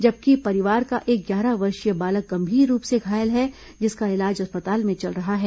जबकि परिवार का एक ग्यारह वर्षीय बालक गंभीर रूप से घायल है जिसका इलाज अस्पताल में चल रहा है